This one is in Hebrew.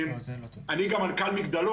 אני גם מנכ"ל מגדלור,